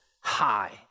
high